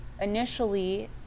Initially